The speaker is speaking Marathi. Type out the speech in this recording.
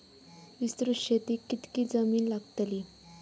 विस्तृत शेतीक कितकी जमीन लागतली?